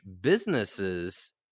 businesses